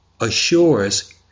assures